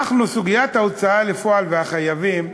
סוגיית ההוצאה לפועל והחייבים,